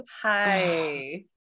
Hi